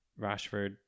Rashford